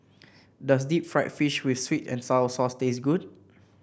does Deep Fried Fish with sweet and sour sauce taste good